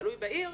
תלוי בעיר,